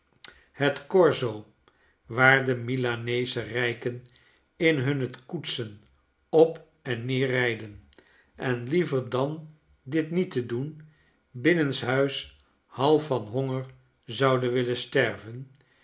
het corso waar de milaneesche rijken in hunne koetsen op en neer rijden en liever dan dit niet te doen binnenshuis half van honger zouden willen sterven